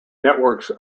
networks